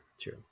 true